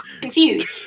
confused